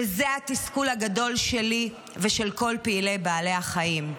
וזה התסכול הגדול שלי ושל כל פעילי בעלי החיים.